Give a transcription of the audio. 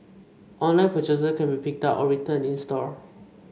online purchases can be picked up or returned in store